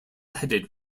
headed